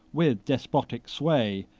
with despotic sway,